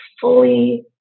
fully